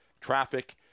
traffic